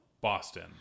Boston